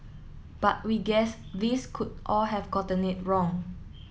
but we guess these could all have gotten it wrong